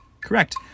Correct